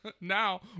now